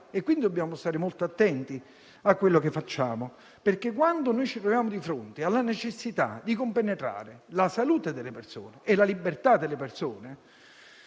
E qui dobbiamo stare molto attenti a quello che facciamo perché quando ci troviamo di fronte alla necessità di compenetrare la salute delle persone con la loro libertà